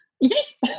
Yes